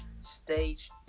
stage